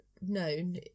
known